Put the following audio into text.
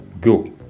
Go